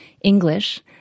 English